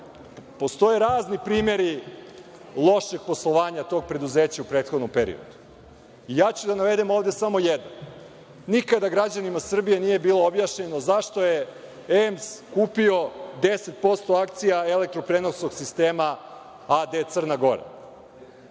postoje razni primeri lošeg poslovanja tog preduzeća u prethodnom periodu. Ja ću da navedem ovde samo jedan. Nikada građanima Srbije nije bilo objašnjeno zašto je EMS kupio 10% akcija Elektro-prenosnog sistema a.d. Crna Gora,